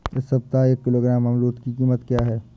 इस सप्ताह एक किलोग्राम अमरूद की कीमत क्या है?